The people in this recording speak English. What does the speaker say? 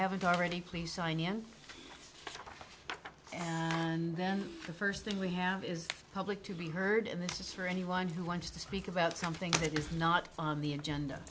haven't already please sign ian and then the first thing we have is public to be heard and this is for anyone who wants to speak about something that is not on the agenda